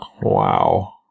Wow